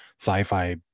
sci-fi